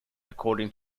according